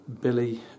Billy